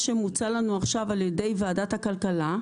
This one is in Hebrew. שמוצע לנו עכשיו על ידי ועדת הכלכלה,